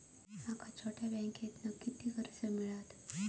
माका छोट्या बँकेतून किती कर्ज मिळात?